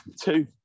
two